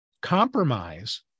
compromise